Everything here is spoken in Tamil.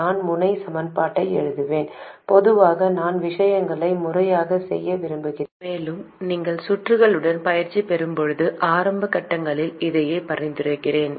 நான் முனை சமன்பாட்டை எழுதுவேன் பொதுவாக நான் விஷயங்களை முறையாகச் செய்ய விரும்புகிறேன் மேலும் நீங்கள் சுற்றுகளுடன் பயிற்சி பெறும்போது ஆரம்ப கட்டங்களில் இதையே பரிந்துரைக்கிறேன்